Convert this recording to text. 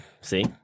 See